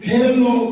Hello